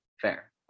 fair